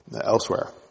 elsewhere